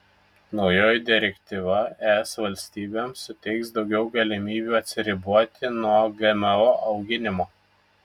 naujoji direktyva es valstybėms suteiks daugiau galimybių atsiriboti nuo gmo auginimo